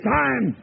time